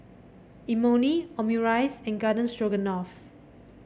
Imoni Omurice and Garden Stroganoff